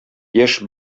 яшь